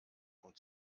und